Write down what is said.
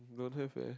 don't have eh